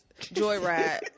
joyride